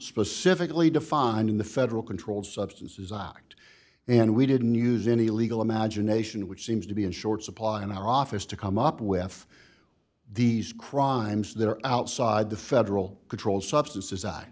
specifically defined in the federal controlled substances act and we didn't use any legal imagination which seems to be in short supply in our office to come up with these crimes there are outside the federal controlled substances i